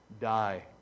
die